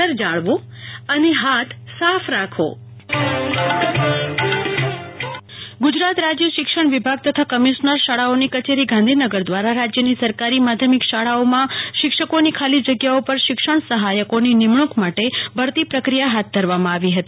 શાળાઓમાં શિક્ષણ સહાયકોની નિમણું ક ગુજરાત રાજય શિક્ષણ વિભાગ તથા કમિશનર શાળાઓની કચેરી ગાંધીનગર દ્વારા રાજ્યની સરકારી માધ્યમિક શાળાઓમાં શિક્ષકોની ખાલીજગ્યાઓ પર શિક્ષણ સહાયકોની નિમણુંક માટે ભરતી પ્રક્રિયા હાથ ધરવામાં આવી હતી